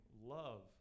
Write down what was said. love